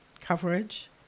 coverage